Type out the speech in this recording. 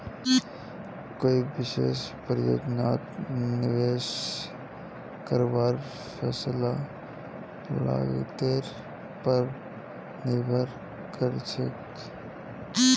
कोई विशेष परियोजनात निवेश करवार फैसला लागतेर पर निर्भर करछेक